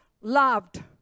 Loved